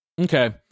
Okay